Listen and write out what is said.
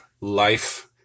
life